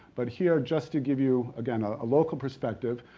but here just to give you, again, a local perspective,